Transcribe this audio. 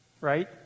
right